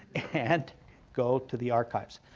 and go to the archives.